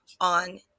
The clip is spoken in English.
on